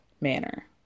manner